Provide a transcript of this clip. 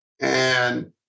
And-